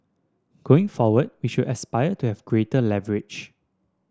going forward we should aspire to have greater leverage